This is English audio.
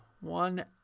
one